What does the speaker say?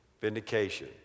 Vindication